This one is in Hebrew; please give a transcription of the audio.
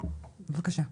בבקשה.